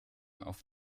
auf